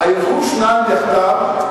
הילכו שניים יחדיו?